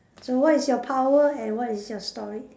so what is your power and what is your story